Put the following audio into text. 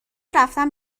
رفتن